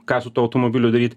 ką su tuo automobiliu daryt